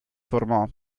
formò